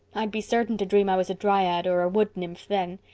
i'd be certain to dream i was a dryad or a woodnymph then.